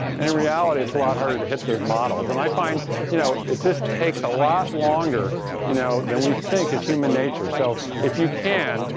and in reality it's a lot harder to hit those models. and i find you know it just takes a lot longer you know than we think as human nature. so, if you can,